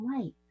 light